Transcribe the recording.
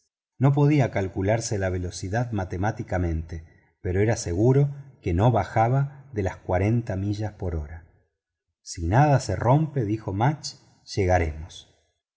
no podía calcularse la velocidad matemáticamente pero era seguro que no bajaba de las cuarenta millas por hora si nada se rompe dijo mudge llegaremos